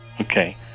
Okay